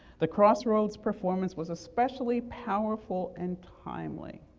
the crossroads performance was especially powerful and timely,